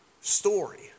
story